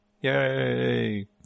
Yay